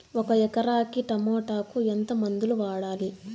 ఒక ఎకరాకి టమోటా కు ఎంత మందులు వాడాలి?